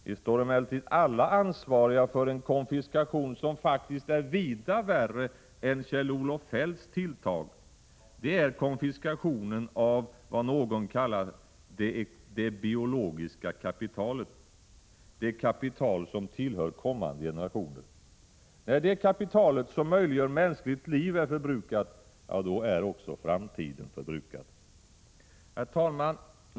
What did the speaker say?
Vi står emellertid alla ansvariga för en konfiskation som faktiskt är långt värre än Kjell-Olof Feldts tilltag, nämligen konfiskationen av vad någon kallat ”det biologiska kapital” som tillhör kommande generationer. När det kapitalet, som möjliggör mänskligt liv, är förbrukat är också framtiden förbrukad. Herr talman!